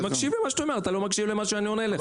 אני מקשיב, אתה לא מקשיב למה שאני עונה לך.